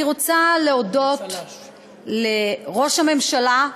אני רוצה להודות לראש הממשלה,